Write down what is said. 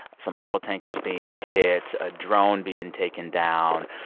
some oil tankers being hit, a drone being taken down.